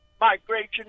migration